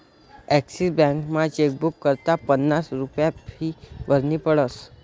Axis बॅकमा chequebook करता पन्नास रुप्या फी भरनी पडस